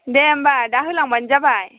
दे होमबा दा होलांबानो जाबाय